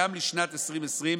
גם לשנת 2022,